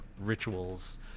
rituals